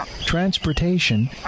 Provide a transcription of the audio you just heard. transportation